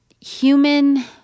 human